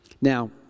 Now